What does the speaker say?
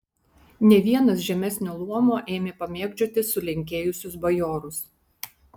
ne vienas žemesnio luomo ėmė pamėgdžioti sulenkėjusius bajorus